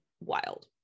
wild